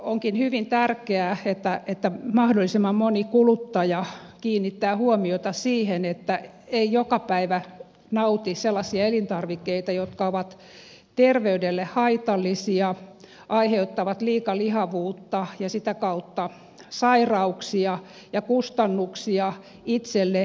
onkin hyvin tärkeää että mahdollisimman moni kuluttaja kiinnittää huomiota siihen että ei joka päivä nauti sellaisia elintarvikkeita jotka ovat terveydelle haitallisia aiheuttavat liikalihavuutta ja sitä kautta sairauksia ja kustannuksia itselle ja yhteiskunnalle